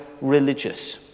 religious